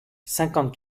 cinquante